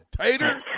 Tater